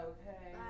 Okay